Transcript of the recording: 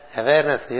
awareness